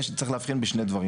צריך להבחין בין שני דברים,